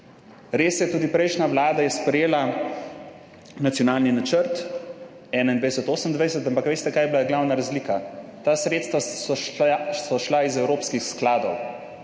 Res je, tudi prejšnja vlada je sprejela nacionalni načrt 2021–2028. Ampak, veste, kaj je bila glavna razlika? Ta sredstva so šla iz evropskih skladov,